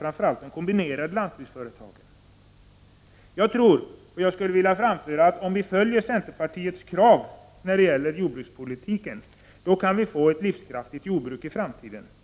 Framför allt kombinerade lantbruksföretag missgynnas. Jag tror att om vi följer centerpartiets krav när det gäller jordbrukspolitiken kan vi få ett livskraftigt jordbruk i framtiden.